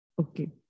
okay